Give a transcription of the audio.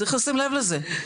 צריך לשים לב לזה.